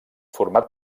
format